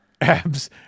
abs